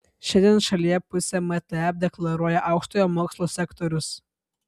šiandien šalyje pusę mtep deklaruoja aukštojo mokslo sektorius